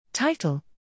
Title